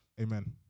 Amen